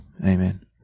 amen